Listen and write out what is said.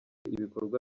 ibikorwa